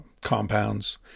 compounds